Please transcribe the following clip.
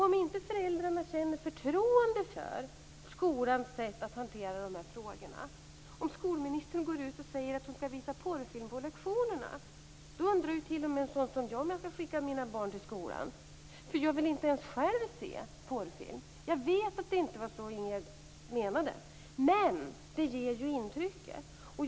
Om inte föräldrarna känner förtroende för skolans sätt att hantera frågorna, och skolministern går ut och säger att hon skall visa porrfilm på lektionerna, undrar t.o.m. jag om jag skall skicka mina barn till skolan. Jag vill inte ens själv se porrfilm. Jag vet att det inte var så Ingegerd Wärnersson menade, men det är det intrycket man får.